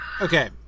okay